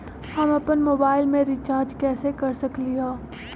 हम अपन मोबाइल में रिचार्ज कैसे कर सकली ह?